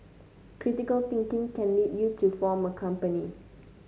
critical thinking can lead you to form a company